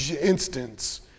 instance